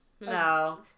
no